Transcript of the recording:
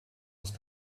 last